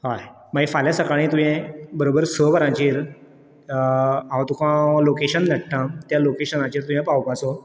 हय म्हणजे फाल्यां सकाळीं तुवें बरोबर स वरांचेर हांव तुका लोकेशन धाडटा त्या लोकेशनाचेर तुवें पावपाचो